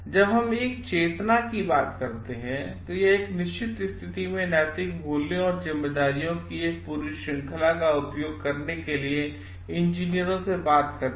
जब हमचेतना कीबातकरते हैं तो यह एक निश्चित स्थिति में नैतिक मूल्यों और जिम्मेदारियों की एक पूरी श्रृंखला का उपयोग करने के लिए इंजीनियरों से बात करता है